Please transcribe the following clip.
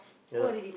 yeah lah